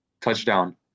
touchdown